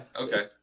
Okay